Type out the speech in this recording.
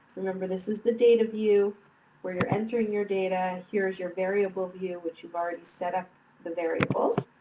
remember this is the data view where you're entering your data and here's your variable view which you've already set up the variables.